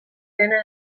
dena